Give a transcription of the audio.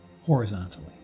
horizontally